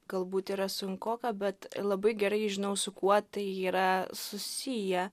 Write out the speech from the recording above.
galbūt yra sunkoka bet labai gerai žinau su kuo tai yra susiję